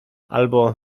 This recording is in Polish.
albo